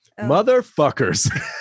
motherfuckers